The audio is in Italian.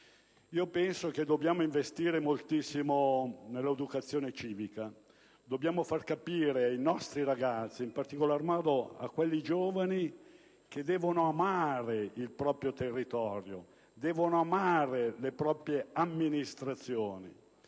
Penso che dobbiamo investire moltissimo nell'educazione civica. Dobbiamo far capire ai nostri ragazzi, in particolar modo a quelli giovani, che devono amare il proprio territorio e le proprie amministrazioni.